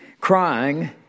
crying